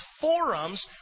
forums